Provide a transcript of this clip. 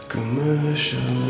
Commercial